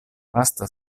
lasta